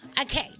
Okay